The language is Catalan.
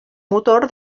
motor